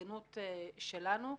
ההתארגנות שלנו.